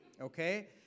Okay